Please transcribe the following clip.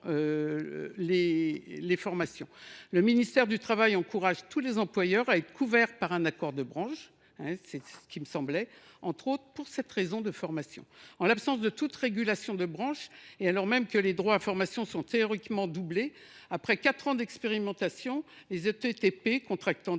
de branche. Le ministère du travail encourage tous les employeurs à être couverts par un accord de branche, entre autres pour cette raison. En l’absence de toute régulation de branche, et alors même que les droits à formation sont théoriquement doublés, après quatre ans d’expérimentation, les ETTP contractant des